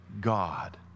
God